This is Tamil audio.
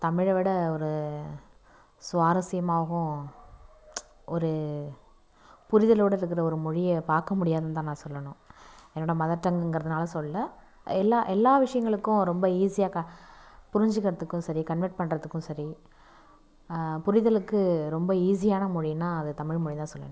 தமிழை விட ஒரு சுவாரஸ்யமாகவும் ஒரு புரிதலோட இருக்கிற ஒரு மொழியை பார்க்க முடியாதுன்துதான் நான் சொல்லணும் என்னோட மதர் டங்குங்கிறதுனால சொல்லலை எல்லா எல்லா விஷயங்களுக்கும் ரொம்ப ஈஸியாக புரிஞ்சிக்கிறதுக்கும் சரி கன்வெர்ட் பண்ணுறதுக்கும் சரி புரிதலுக்கு ரொம்ப ஈஸியான மொழின்னா அது தமிழ்மொழி தான் சொல்லுவேன்